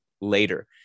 later